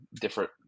different